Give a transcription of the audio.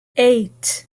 eight